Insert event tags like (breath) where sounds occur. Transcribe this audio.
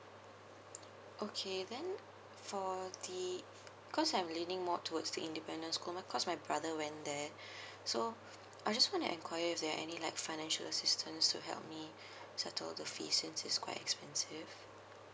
okay then for the because I'm leaning more towards the independent school my cause my brother went there (breath) so I just want to enquire is there any like financial assistance to help me (breath) settle the fees since it's quite expensive